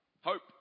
hope